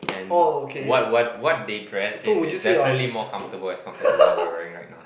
and what what what they dress in is definitely more comfortable as compared to what we are wearing right now